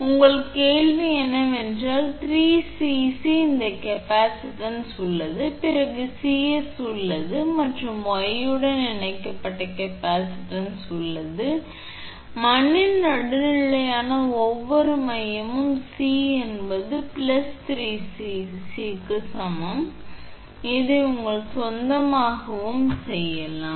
எனவே உங்கள் கேள்வி என்னவென்றால் இந்த 3𝐶𝑐 இந்த கேப்பாசிட்டன்ஸ் உள்ளது பிறகு இந்த 𝐶𝑠 உள்ளது மற்றும் y உடன் இணைக்கப்பட்ட கேப்பாசிட்டன்ஸ் உள்ளது மண்ணின் நடுநிலையான ஒவ்வொரு மையமும் C என்பது 3𝐶𝑐 to க்கு சமம் இதை நீங்கள் உங்கள் சொந்தமாகவும் செய்யலாம்